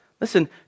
Listen